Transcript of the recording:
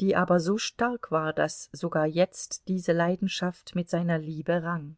die aber so stark war daß sogar jetzt diese leidenschaft mit seiner liebe rang